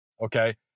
okay